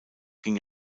ging